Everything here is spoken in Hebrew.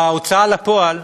בהוצאה לפועל,